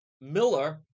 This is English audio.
Miller